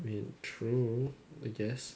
I mean true I guess